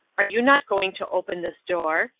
are you not going to open this door?